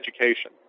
education